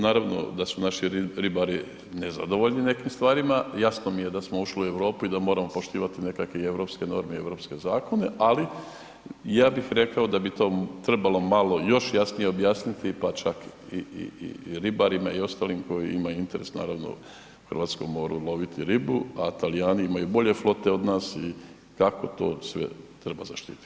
Naravno da su naši ribari nezadovoljni nekim stvarima, jasno mi je da smo ušli u Europu i da moramo poštivati nekakve europske norme i europske zakone, ali ja bih rekao da bi to trebalo malo još jasnije objasniti pa čak i ribarima i ostalim koji imaju interes u hrvatskom moru loviti ribu, a Talijani imaju bolje flote od nas i kako to sve treba zaštititi?